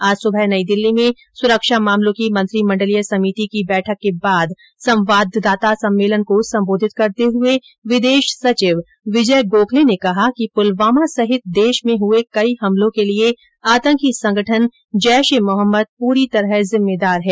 आज सुबह सुरक्षा मामलों की मंत्रिमंडलीय समिति की बैठक के बाद संवाददाता सम्मेलन को संबोधित करते हुए विदेश सचिव विजय गोखले ने कहा कि पुलवामा सहित देश में हुए कई हमलो के लिये आतंकी संगठन जैश ए मोहम्मद पूरी तरह जिम्मेदार है